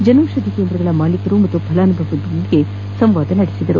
ಜನೌಷಧಿ ಕೇಂದ್ರಗಳ ಮಾಲೀಕರು ಹಾಗೂ ಫಲಾನುಭವಿಗಳೊಂದಿಗೂ ಸಂವಾದ ನಡೆಸಿದರು